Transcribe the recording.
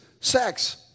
sex